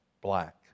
black